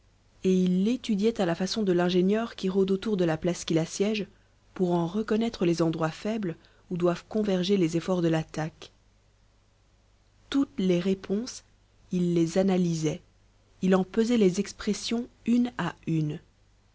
et il l'étudiait à la façon de l'ingénieur qui rôde autour de la place qu'il assiège pour en reconnaître les endroits faibles où doivent converger les efforts de l'attaque toutes les réponses il les analysait il en pesait les expressions une à une